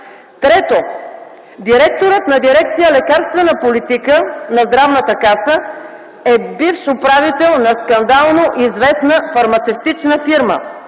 правят. Директорът на дирекция „Лекарствена политика” на Здравната каса е бивш управител на скандално известна фармацевтична фирма